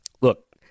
Look